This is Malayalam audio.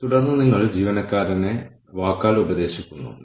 ആളുകൾ പ്രോജക്റ്റുകൾ സമയം മുതലായവയുടെ ചില ഇൻപുട്ട് നടപടികളുണ്ട്